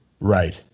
Right